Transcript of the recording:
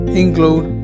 include